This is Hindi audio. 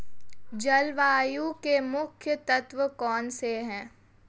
जलवायु के मुख्य तत्व कौनसे हैं?